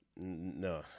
No